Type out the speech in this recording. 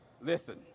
Listen